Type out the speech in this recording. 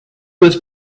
was